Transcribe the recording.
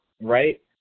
right